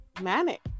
manic